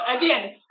again